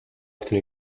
often